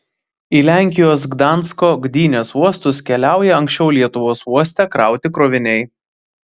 į lenkijos gdansko gdynės uostus keliauja anksčiau lietuvos uoste krauti kroviniai